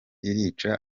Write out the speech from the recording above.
irica